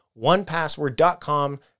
onepassword.com